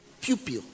Pupil